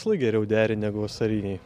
visąlaik geriau deri negu vasariniai